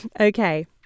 Okay